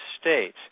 States